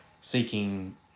seeking